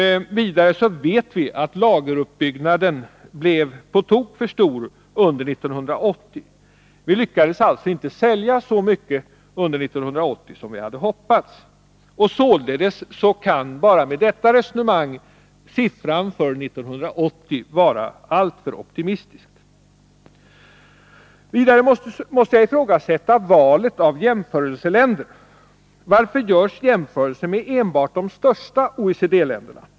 Vidare vet vi att lageruppbyggnaden blev på tok för stor under 1980. Vi lyckades alltså inte sälja så mycket under 1980 som vi hade hoppats. Således kan bara med detta resonemang siffran för 1980 vara alltför optimistisk. Vidare måste jag ifrågasätta valet av jämförelseländer. Varför görs jämförelser enbart med de största OECD-länderna?